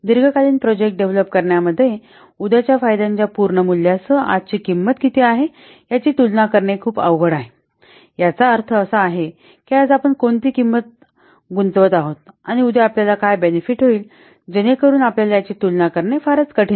दीर्घकालीन project develop करण्यामध्ये उद्याच्या फायद्यांच्या पूर्ण मूल्यासह आजची किंमत किती आहे याची तुलना करणे खूप अवघड आहे याचा अर्थ असा आहे की आज आपण कोणती किंमत गुंतवत आहोत आणि उद्या आपल्याला काय बेनेफिट होईल जेणेकरुन आपल्याला याची तुलना करणे फारच कठीण आहे